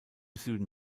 süden